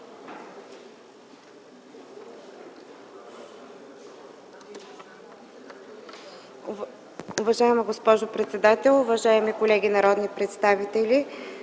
Уважаема госпожо председател, уважаеми колеги народни представители!